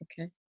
Okay